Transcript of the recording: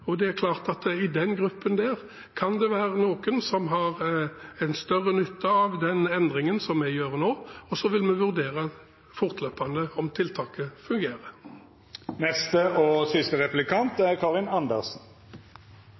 år. Det er klart at i den gruppen kan det være noen som har en større nytte av den endringen vi gjør nå, og så vil vi vurdere fortløpende om tiltaket fungerer. Det er trist å se på at Kristelig Folkeparti stiller seg bak kutt til vanskeligstilte familier og